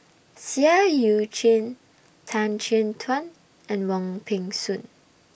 Seah EU Chin Tan Chin Tuan and Wong Peng Soon